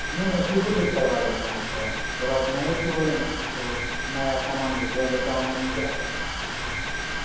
नहीं उसी को ठीक करवा देंगे आपका और आप नए से बोलें तो नया सामान भिजवा देता हूँ मैं उसके हाथों